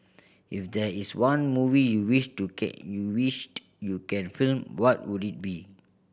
if there is one movie you wished to you wished can film what would it be